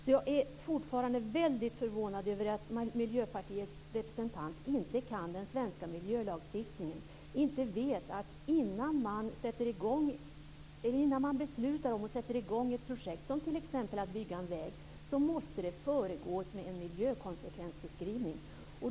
Jag är fortfarande väldigt förvånad över att Miljöpartiets representant inte kan den svenska miljölagstiftningen och inte vet att ett beslut om att man ska sätta i gång ett projekt, t.ex. att bygga en väg, måste föregås av en miljökonsekvensbeskrivning.